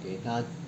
eh 她